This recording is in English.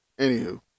Anywho